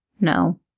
No